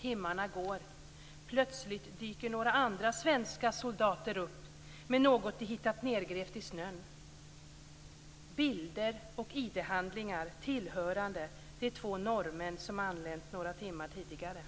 Timmarna går. Plötsligt dyker några andra svenska soldater upp med något de hittat nedgrävt i snön: bilder och id-handlingar tillhörande de två norrmän som anlänt några timmar tidigare.